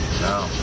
No